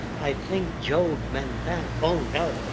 i think job meant that. oh no!